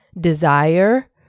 desire